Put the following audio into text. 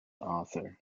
author